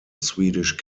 swedish